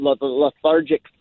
lethargic